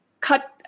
cut